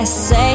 say